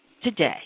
today